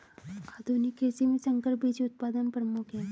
आधुनिक कृषि में संकर बीज उत्पादन प्रमुख है